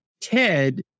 Ted